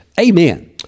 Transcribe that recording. amen